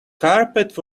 carpet